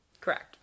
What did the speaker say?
Correct